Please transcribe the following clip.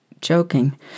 joking